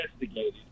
investigated